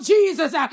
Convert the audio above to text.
Jesus